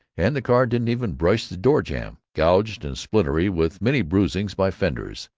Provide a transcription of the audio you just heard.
and the car didn't even brush the door-jamb, gouged and splintery with many bruisings by fenders,